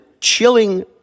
chilling